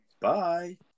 Bye